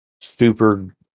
super